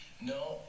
No